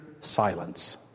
silence